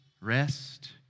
rest